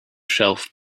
shelf